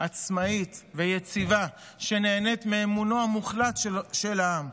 עצמאית ויציבה, שנהנית מאמונו המוחלט של העם.